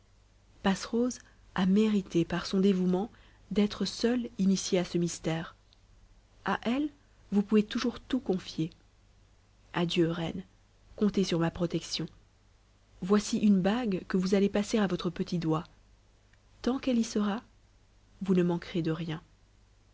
violette passerose a mérité par son dévouement d'être seule initiée à ce mystère à elle vous pouvez toujours tout confier adieu reine comptez sur ma protection voici une bague que vous allez passer à votre petit doigt tant qu'elle y sera vous ne manquerez de rien